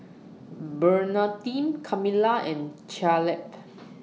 Bernardine Kamilah and Caleb